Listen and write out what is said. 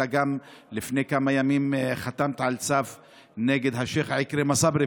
אלא לפני כמה ימים חתמת על צו גם נגד השייח' עכרמה צברי